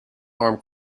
arm